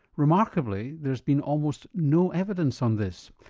remarkably there's been almost no evidence on this,